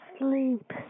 sleep